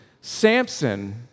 Samson